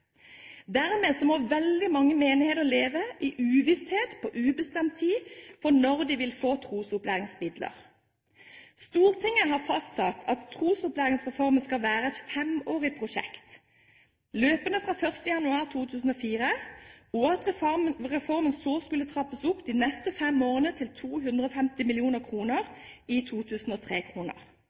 Dermed må veldig mange menigheter leve i uvisshet – på ubestemt tid – om når de vil få trosopplæringsmidler. Stortinget har fastsatt at Trosopplæringsreformen skulle være et 5-årig prosjekt, løpende fra 1. januar 2004, og reformen skulle så trappes opp de neste fem årene, til 250 mill. kr i